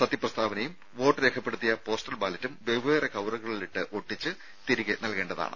സത്യപ്രസ്താവനയും vote രേഖപ്പെടുത്തിയ postal ബാലറ്റും വെവ്വേറെ കവറുകളിലിട്ട് ഒട്ടിച്ച് തിരികെ നൽകേണ്ട താണ്